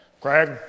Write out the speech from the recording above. Craig